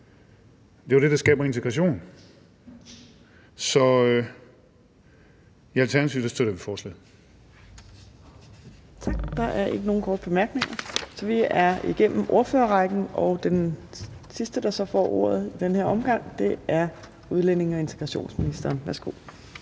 Det er jo det, der skaber integration. Så i Alternativet støtter vi forslaget.